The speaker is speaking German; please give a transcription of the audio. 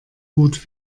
gut